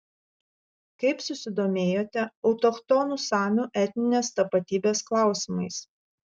kaip susidomėjote autochtonų samių etninės tapatybės klausimais